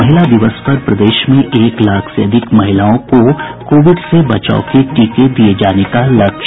महिला दिवस पर प्रदेश में एक लाख से अधिक महिलाओं को कोविड से बचाव के टीके दिये जाने का लक्ष्य